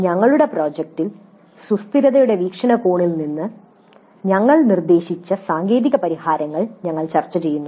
"ഞങ്ങളുടെ പ്രോജക്റ്റിൽ സുസ്ഥിരതയുടെ വീക്ഷണകോണിൽ നിന്ന് ഞങ്ങൾ നിർദ്ദേശിച്ച സാങ്കേതിക പരിഹാരങ്ങൾ ഞങ്ങൾ ചർച്ചചെയ്യുന്നു